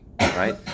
right